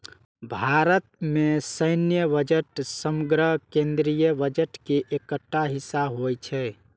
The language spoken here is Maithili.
भारत मे सैन्य बजट समग्र केंद्रीय बजट के एकटा हिस्सा होइ छै